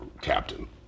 captain